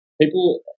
people